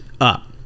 up